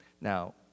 Now